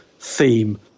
theme